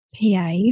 PA